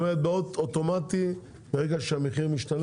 זאת אומרת אוטומטית ברגע שהמחיר משתנה.